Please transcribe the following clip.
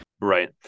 Right